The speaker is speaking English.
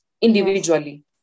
individually